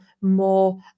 more